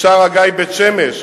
שער-הגיא בית-שמש,